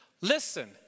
Listen